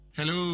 Hello